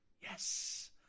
Yes